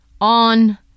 on—